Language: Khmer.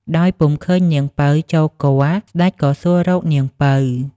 ដោយពុំឃើញនាងពៅចូលគាល់ ស្ដេចក៏សួររកនាងពៅ។